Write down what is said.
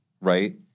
right